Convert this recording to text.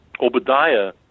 Obadiah